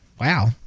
Wow